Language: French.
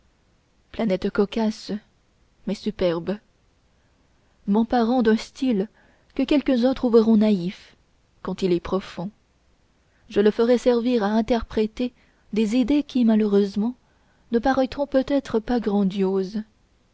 planète cocasse mais superbe m'emparant d'un style que quelques-uns trouveront naïf quand il est si profond je le ferai servir à interpréter des idées qui malheureusement ne paraîtront peut-être pas grandioses